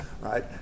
right